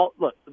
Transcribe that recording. look